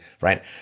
right